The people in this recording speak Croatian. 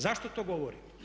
Zašto to govorim?